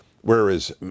Whereas